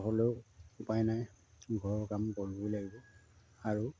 হ'লেও উপায় নাই ঘৰৰ কাম কৰিবই লাগিব আৰু